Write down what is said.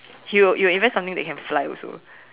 you you will invent something that can fly also